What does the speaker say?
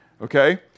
okay